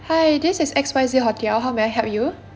hi this is X Y Z hotel how may I help you